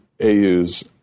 AU's